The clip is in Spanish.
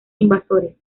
invasores